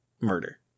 murder